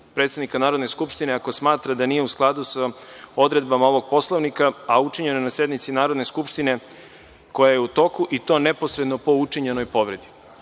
predsednika Narodne skupštine ako smatra da nije u skladu sa odredbama ovog Poslovnika, a učinjeno je na sednici Narodne skupštine koja je u toku, i to neposredno po učinjenoj povredi. Ne